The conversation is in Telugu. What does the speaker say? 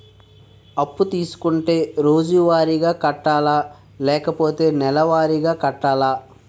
అప్పు తీసుకుంటే రోజువారిగా కట్టాలా? లేకపోతే నెలవారీగా కట్టాలా?